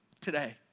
Today